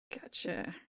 Gotcha